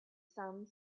some